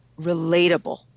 relatable